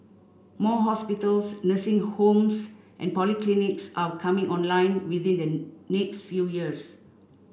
more hospitals nursing homes and polyclinics are coming online within the next few years